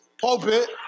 pulpit